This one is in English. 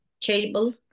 cable